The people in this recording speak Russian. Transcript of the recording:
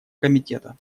комитета